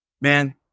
Man